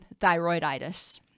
thyroiditis